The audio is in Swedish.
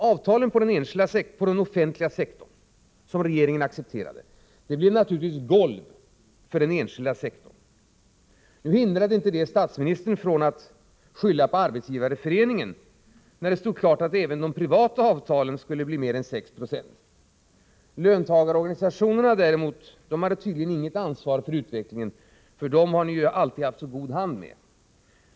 Avtalen på den offentliga sektorn, som regeringen accepterade, blev naturligtvis ett golv för den enskilda sektorn. Nu hindrade inte det statsministern från att skylla på Arbetsgivareföreningen, när det i våras stod klart att även avtalen för den privata sektorn skulle överstiga 690. Löntagarorganisationerna däremot har tydligen inget ansvar för utvecklingen. Dem har ni ju alltid haft så god hand med.